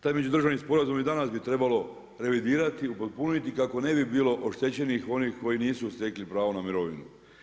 Taj međudržavni sporazum i danas bi trebalo revidirati, upotpuniti, kako ne bi bilo oštećenih, onih koji nisu stekli pravo na mirovinu.